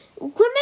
remember